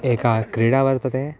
एका क्रीडा वर्तते